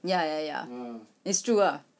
ya ya ya ya it's true ah